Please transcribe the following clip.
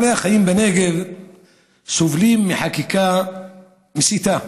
בעלי החיים בנגב סובלים מחקיקה מסיתה